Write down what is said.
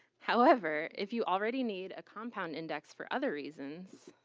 however, if you already need a compound index for other reasons,